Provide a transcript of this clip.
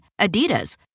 Adidas